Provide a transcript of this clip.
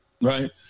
right